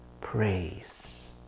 praise